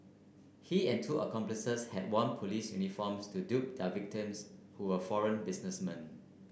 he and two accomplices had worn police uniforms to dupe their victims who were foreign businessmen